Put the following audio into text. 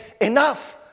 enough